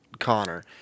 connor